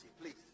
Please